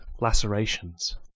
lacerations